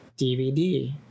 DVD